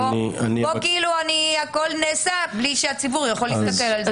פה כאילו הכול נעשה בלי שהציבור יכול להסתכל על זה.